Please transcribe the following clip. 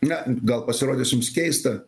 na gal pasirodys jums keista